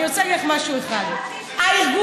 אני רוצה להגיד לך משהו אחד: הארגון